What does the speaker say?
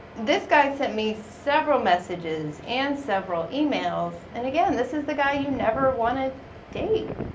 this guy sent me several messages, and several emails and again this is the guy you never wanna date.